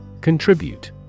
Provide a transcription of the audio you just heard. Contribute